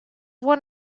one